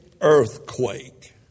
earthquake